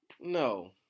no